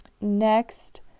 next